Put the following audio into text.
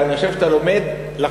אבל אני חושב שאתה לומד לחשוב,